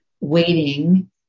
waiting